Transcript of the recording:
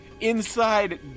inside